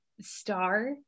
Star